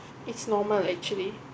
it's normal actually